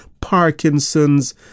Parkinson's